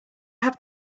have